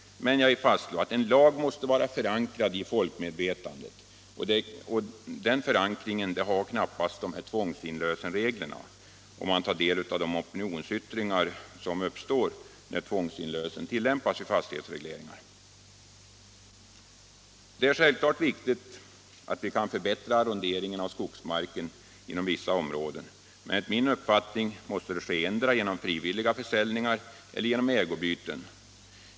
Men jag vill fastslå att en lag måste vara förankrad i folkmedvetandet. Man förstår att en sådan förankring knappast gäller tvångsinlösensreglerna om man tar del av opinionsyttringarna som uppstått när tvångsinlösen tillämpas vid fastighetsregleringar. Det är självklart viktigt att vi kan förbättra arronderingen av skogsmarken inom vissa områden. Men enligt min uppfattning måste det ske endera genom frivilliga försäljningar eller genom ägoutbyten.